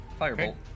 Firebolt